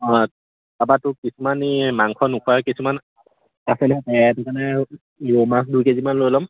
অঁ তাৰপৰা তোৰ কিছুমান এই মাংস নোখোৱা কিছুমান আছে নহয় সেহেঁত মানে ৰৌ মাছ দুই কে জিমান লৈ ল'ম